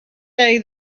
day